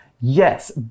yes